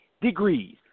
degrees